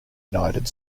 united